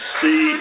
see